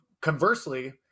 conversely